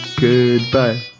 Goodbye